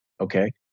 okay